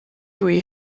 wee